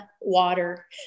water